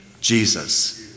Jesus